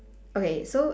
okay so